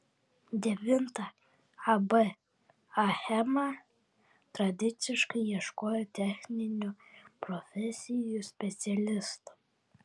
devinta ab achema tradiciškai ieško techninių profesijų specialistų